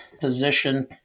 position